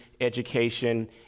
education